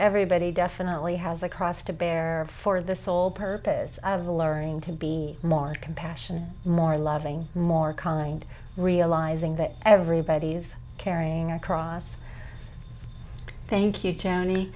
everybody definitely has a cross to bear for the sole purpose of the learning to be more compassionate more loving more kind realizing that everybody's caring across thank you